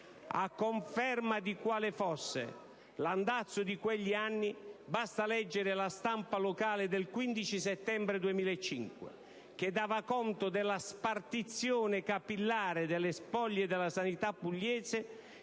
A conferma di quale fosse l'andazzo di quegli anni, basta leggere la stampa locale del 15 settembre 2005, che dava conto della spartizione capillare delle spoglie della sanità pugliese,